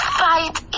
fight